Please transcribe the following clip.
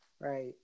Right